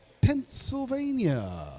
Pennsylvania